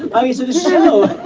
and i mean so the show.